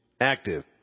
active